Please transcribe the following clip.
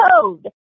code